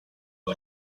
who